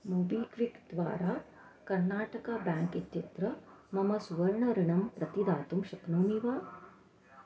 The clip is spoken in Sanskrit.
मोबिक्विक् द्वारा कर्नाटका बेङ्क् इत्यत्र मम सुवर्णऋणं प्रतिदातुं शक्नोमि वा